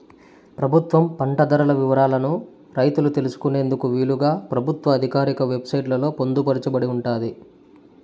ప్రభుత్వం పంట ధరల వివరాలను రైతులు తెలుసుకునేందుకు వీలుగా ప్రభుత్వ ఆధికారిక వెబ్ సైట్ లలో పొందుపరచబడి ఉంటాది